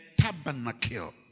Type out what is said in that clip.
tabernacle